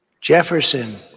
Jefferson